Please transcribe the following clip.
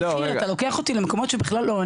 חיליק אתה לוקח אותי למקומות שאני בכלל לא,